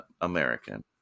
American